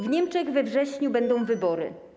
W Niemczech we wrześniu będą wybory.